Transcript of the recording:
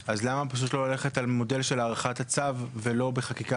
אז למה לא פשוט ללכת על מודל של הארכת הצו ולא בחקיקה